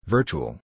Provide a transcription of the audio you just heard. Virtual